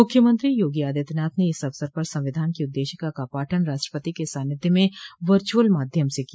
मुख्यमंत्री योगी आदित्यनाथ ने इस अवसर पर संविधान की उद्देशिका का पाठन राष्ट्रपति के सानिध्य में वर्चुअल माध्यम से किया